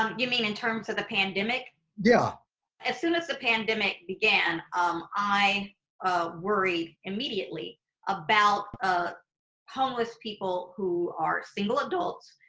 um you mean in terms of the pandemic? yeah as soon as the pandemic began um i worried immediately about homeless people who are single adults,